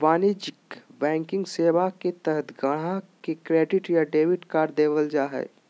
वाणिज्यिक बैंकिंग सेवा के तहत गाहक़ के क्रेडिट या डेबिट कार्ड देबल जा हय